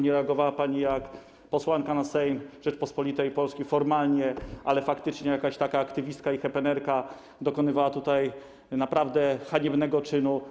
Nie reagowała pani, jak posłanka na Sejm Rzeczypospolitej Polskiej formalnie, ale faktycznie jakaś taka aktywistka i happenerka, dokonywała tutaj naprawdę haniebnego czynu.